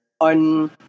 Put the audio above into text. on